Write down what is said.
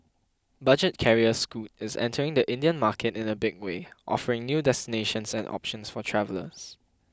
budget carrier Scoot is entering the Indian market in a big way offering new destinations and options for travellers